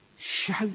Shout